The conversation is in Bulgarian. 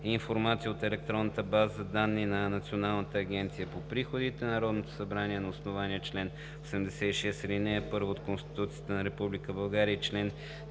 информация от електронната база данни на Националната агенция за приходите Народното събрание на основание чл. 86, ал. 1 от Конституцията на Република